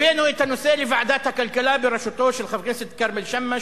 הבאנו את הנושא לוועדת הכלכלה בראשותו של חבר הכנסת כרמל שאמה,